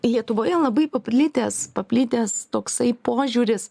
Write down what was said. lietuvoje labai paplitęs paplitęs toksai požiūris